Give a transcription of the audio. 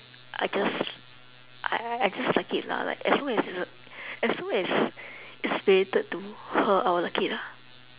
I just l~ I I I just like it lah like as long as uh as long as it's related to her I'll like it lah